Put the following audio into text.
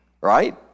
Right